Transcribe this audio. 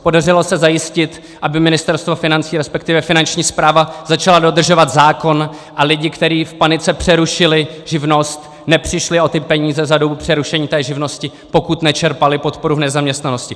Podařilo se zajistit, aby Ministerstvo financí respektive Finanční správa začala dodržovat zákon a lidi, kteří v panice přerušili živnost, nepřišli o ty peníze za dobu přerušení té živnosti, pokud nečerpali podporu v nezaměstnanosti.